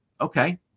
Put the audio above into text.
Okay